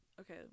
Okay